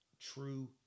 true